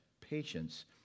patience